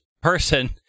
person